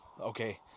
okay